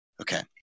Okay